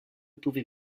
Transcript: pouvait